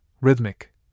rhythmic